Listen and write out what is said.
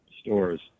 stores